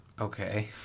Okay